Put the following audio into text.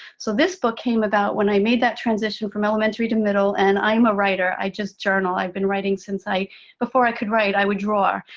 so this book came about when i made that transition from elementary to middle. and i'm a writer. i just journal. i've been writing since before i could write, i would draw.